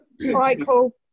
Michael